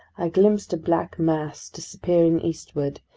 i glimpsed a black mass disappearing eastward,